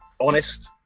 honest